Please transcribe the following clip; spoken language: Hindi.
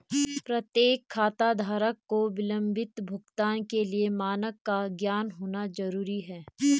प्रत्येक खाताधारक को विलंबित भुगतान के लिए मानक का ज्ञान होना जरूरी है